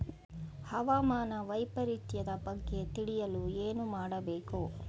ಹವಾಮಾನ ವೈಪರಿತ್ಯದ ಬಗ್ಗೆ ತಿಳಿಯಲು ಏನು ಮಾಡಬೇಕು?